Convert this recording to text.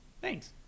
Thanks